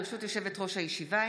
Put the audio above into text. ברשות יושבת-ראש הישיבה,